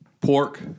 Pork